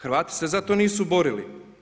Hrvati se za to nisu borili.